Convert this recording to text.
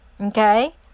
okay